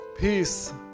peace